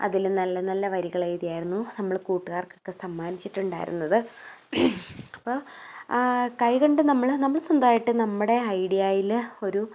അതിൽ നല്ല നല്ല വരികൾ എഴുതി ആയിരുന്നു നമ്മൾ കൂട്ടുകാർക്കൊക്കെ സമ്മാനിച്ചിട്ടുണ്ടായിരുന്നത് അപ്പോൾ ആ കൈകൊണ്ട് നമ്മൾ നമ്മൾ സ്വന്തമായിട്ട് നമ്മുടെ ഐഡിയായിൽ ഒരു